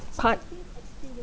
part